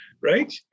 right